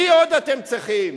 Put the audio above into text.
מי עוד אתם צריכים?